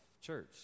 church